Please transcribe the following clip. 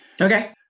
Okay